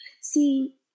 see